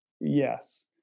Yes